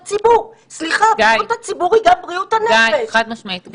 בראשותו של השר התחלנו להכין מתווה יחד עם פורום מוסדות התרבות ויחד עם